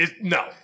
No